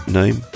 name